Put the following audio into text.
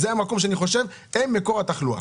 הם מקור התחלואה.